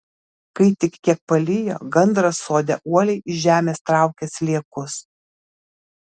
kai tik kiek palijo gandras sode uoliai iš žemės traukė sliekus